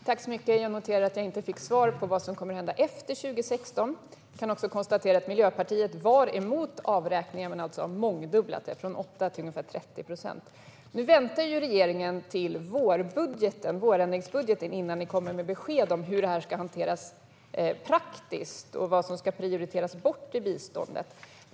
Herr talman! Jag noterar att jag inte fick svar på vad som kommer att hända efter 2016. Jag konstaterar att Miljöpartiet var emot avräkningar men alltså har mångdubblat dem, från 8 till ungefär 30 procent. Regeringen väntar till vårändringsbudgeten med att ge besked om hur detta ska hanteras praktiskt och vad som ska prioriteras bort i biståndet.